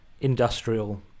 industrial